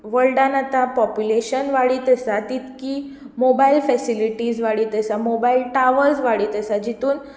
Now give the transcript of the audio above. वल्डांत आतां पोपुलेशन वाडीत आसा तितकी मोबायल फेसेलिटीस वाडीत आसा मोबायल टावर्स वाडीत आसा जितूंत